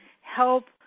help